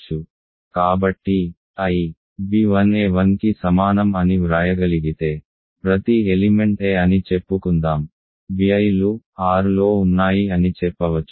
కాబట్టి I b1 a1కి సమానం అని వ్రాయగలిగితే ప్రతి ఎలిమెంట్ a అని చెప్పుకుందాం bi లు R లో ఉంది అని చెప్పవచ్చు